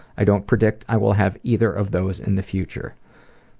i don't predict i will have either of those in the future.